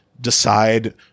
decide